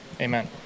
Amen